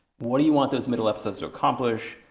what do you want those middle episodes to accomplish?